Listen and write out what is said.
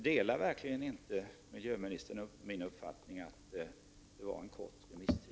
Delar verkligen inte miljöministern min uppfattning att det var en kort remisstid?